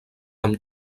amb